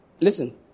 Listen